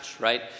right